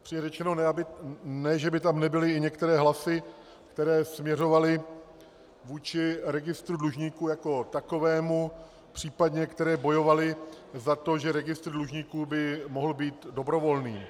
Upřímně řečeno, ne že by tam nebyly i některé hlasy, které směřovaly vůči registru dlužníků jako takovému, případně které bojovaly za to, že registr dlužníků by mohl být dobrovolný.